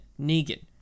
negan